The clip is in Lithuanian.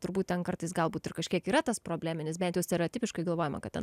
turbūt ten kartais galbūt ir kažkiek yra tas probleminis bent jau stereotipiškai galvojama kad ten